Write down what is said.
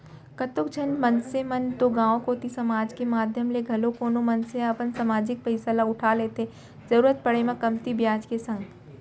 कतको झन मनसे मन तो गांव कोती समाज के माधियम ले घलौ कोनो मनसे ह अपन समाजिक पइसा ल उठा लेथे जरुरत पड़े म कमती बियाज के संग